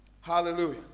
Hallelujah